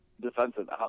defensive